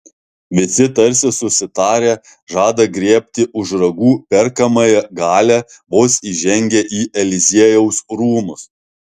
visi tarsi susitarę žada griebti už ragų perkamąją galią vos įžengę į eliziejaus rūmus